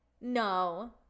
No